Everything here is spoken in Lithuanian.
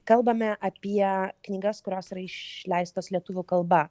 kalbame apie knygas kurios yra išleistos lietuvių kalba